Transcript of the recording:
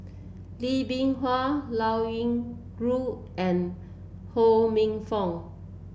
Lee Bee Wah Liao Yingru and Ho Minfong